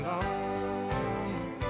alone